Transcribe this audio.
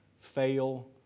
fail